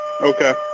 Okay